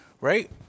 right